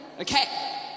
Okay